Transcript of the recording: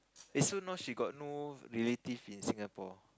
eh so now she got no relative in Singapore